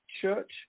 church